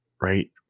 right